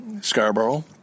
Scarborough